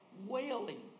wailing